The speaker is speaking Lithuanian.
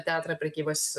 teatrą prekybos